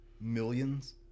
Millions